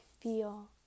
feel